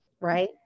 right